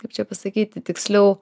kaip čia pasakyti tiksliau